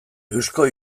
eusko